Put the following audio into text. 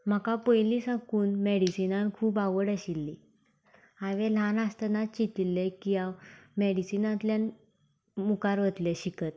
म्हाका पयलीं सावन मॅडिसिनांत खूब आवड आशिल्ली हांवें ल्हान आसतना चितिल्लें की हांव मॅडिसिनांतल्यान मुखार वतलें शिकत